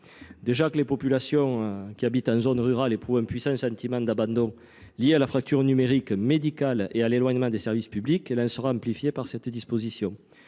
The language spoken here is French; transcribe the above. Déjà que les populations qui habitent en zone rurale éprouvent un puissant sentiment d'abandon lié à la fracture numérique médicale et à l'éloignement des services publics, elle en sera amplifiée par cette disposition.